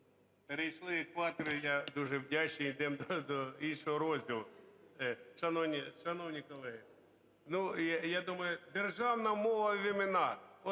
Дякую.